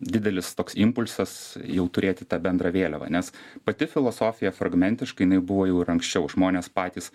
didelis toks impulsas jau turėti tą bendrą vėliavą nes pati filosofija fragmentiškai jinai buvo jau ir anksčiau žmonės patys